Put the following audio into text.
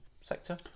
sector